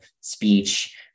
speech